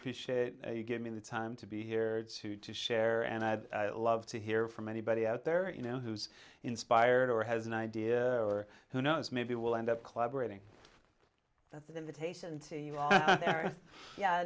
appreciate you give me the time to be here to to share and i'd love to hear from anybody out there you know who's inspired or has an idea or who knows maybe we'll end up clobbering that's an invitation to you